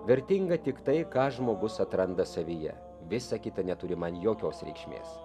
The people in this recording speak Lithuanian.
vertinga tik tai ką žmogus atranda savyje visa kita neturi man jokios reikšmės